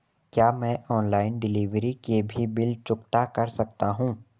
क्या मैं online delivery के भी बिल चुकता कर सकता हूँ?